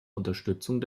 unterstützung